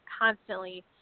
constantly